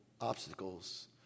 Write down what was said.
obstacles